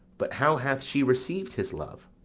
but how hath she receiv'd his love?